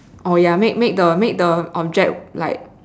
oh ya make make the make the object like